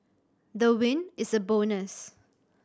the win is a bonus